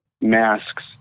masks